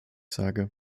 sage